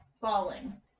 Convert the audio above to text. falling